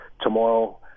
tomorrow